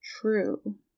true